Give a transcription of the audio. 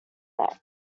neck